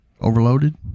overloaded